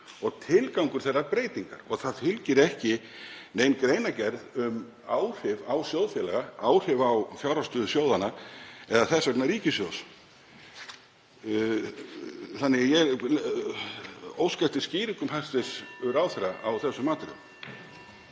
og tilgangur þeirrar breytingar og það fylgir ekki nein greinargerð um áhrif á sjóðfélaga, áhrif á fjárhagsstöðu sjóðanna eða þess vegna ríkissjóðs. Þannig að ég óska eftir skýringum hæstv. ráðherra á þessum atriðum.